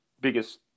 biggest